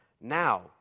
now